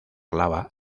lava